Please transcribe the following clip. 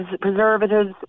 preservatives